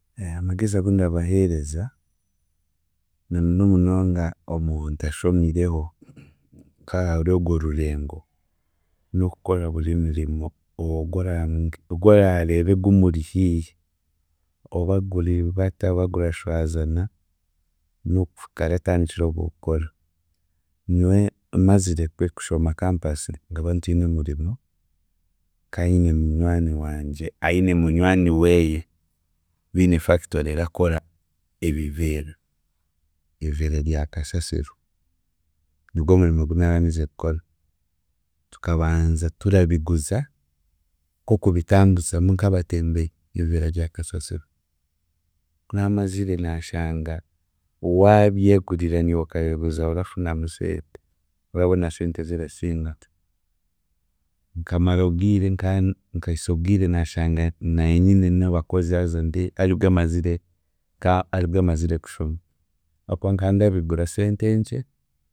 Amagezi agu ndabaheereza namuno munonga omuntu ashomireho, nk'aharyogwo rurengo, n'okukora buri murimo ogwora nge- ogworareeba gumuri hiihi oba guri bata oba gurashwazana n'okuhika aratandikiraho kugukora. Nyowe mazire kwe- mazire kushoma compus nkaba ntiine murimo, nkanyine munywani wangye aine munywani weeye biine factory erakora ebiveera, ebiveera rya kasasiro, nigwe omurimo gu naabandize kukora. Tukabanza turabiguza nk'okubitambuzamu nk'abatembeyi ebiveera rya kasasiro, kunaamazire naashanga waabyegurira niiwe okabiguza orafunamu seete, orabone sente ezirasingaho. Nkamara obwire nkana nkahisa obwire naashanga naanye nyine n'abakozi haza nde- aribwe mazire ka- aribwe mazire kushoma ahaakuba kandabigura sente nkye